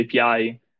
API